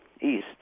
East